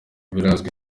birazwi